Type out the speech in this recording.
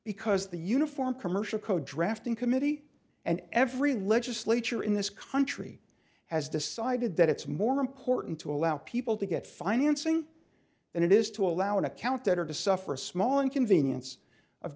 because the uniform commercial code drafting committee and every legislature in this country has decided that it's more important to allow people to get financing and it is to allow an account at or to suffer a small inconvenience of